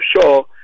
sure